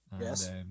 Yes